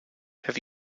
have